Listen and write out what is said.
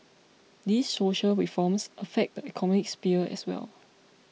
these social reforms affect the economic sphere as well